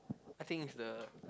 I think is the